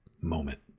moment